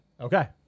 Okay